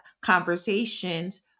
conversations